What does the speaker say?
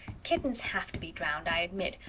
kittens have to be drowned, i admit,